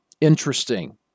interesting